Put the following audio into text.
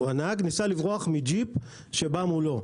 הנהג ניסה לברוח מג'יפ שבא מולו,